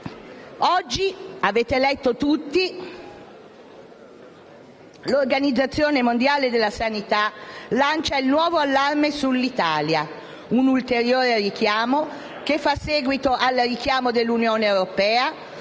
Avete letto tutti che oggi l'Organizzazione mondiale della sanità lancia un nuovo allarme sull'Italia, un ulteriore richiamo che fa seguito a quello dell'Unione europea